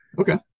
Okay